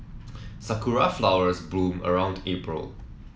sakura flowers bloom around April